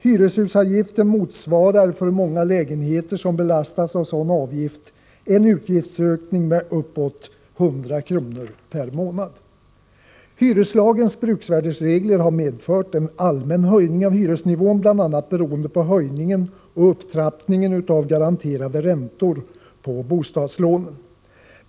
Hyreshusavgiften motsvarar för många lägenheter som belastas av sådan avgift en utgiftsökning med uppåt 100 kr. per månad. Hyreslagens bruksvärdesregler har medfört en allmän höjning av hyresnivån, bl.a. beroende på höjningen och upptrappningen av garanterade räntor på bostadslånen.